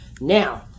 Now